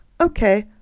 okay